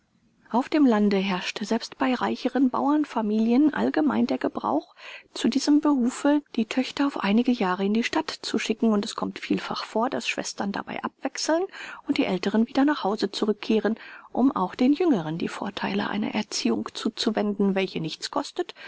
auf dem lande herrscht selbst bei reicheren bauernfamilien allgemein der gebrauch zu diesem behufe die töchter auf einige jahre in die stadt zu schicken und es kommt vielfach vor daß schwestern dabei abwechseln und die aelteren wieder nach hause zurückkehren um auch den jüngeren die vortheile einer erziehung zuzuwenden welche nichts kostet